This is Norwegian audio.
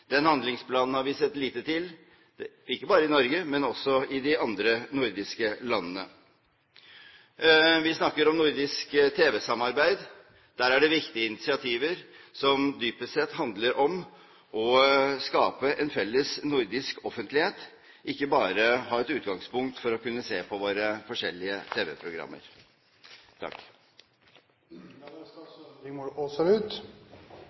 Den handlingsplanen har vi sett lite til, ikke bare i Norge, men også i de andre nordiske landene. Vi snakker om nordisk TV-samarbeid. Der er det viktige initiativer som dypest sett handler om å skape en felles nordisk offentlighet, ikke bare ha et utgangspunkt for å kunne se på våre forskjellige